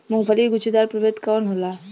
मूँगफली के गुछेदार प्रभेद कौन होला?